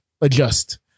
adjust